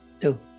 Two